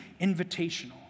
invitational